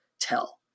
tell